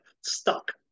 stuck